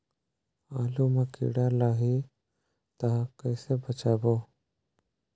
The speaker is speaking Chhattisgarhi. आलू मां कीड़ा लाही ता कइसे बचाबो?